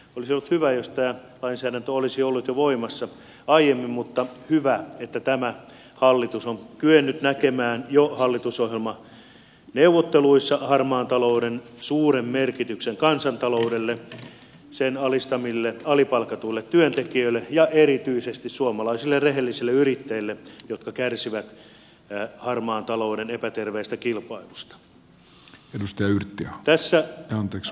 olisi ollut hyvä jos tämä lainsäädäntö olisi ollut voimassa jo aiemmin mutta hyvä että tämä hallitus on kyennyt näkemään jo hallitusohjelmaneuvotteluissa harmaan talouden suuren merkityksen kansantaloudelle sen alistamille alipalkatuille työntekijöille ja erityisesti suomalaisille rehellisille yrittäjille jotka kärsivät harmaan talouden epäterveestä kilpailusta